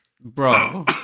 Bro